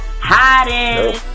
hiding